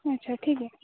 अच्छा ठीक आहे